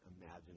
imagine